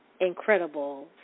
incredible